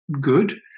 good